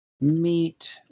meat